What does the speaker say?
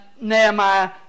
Nehemiah